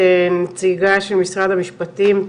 את נציגה של משרד המשפטים,